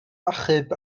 achub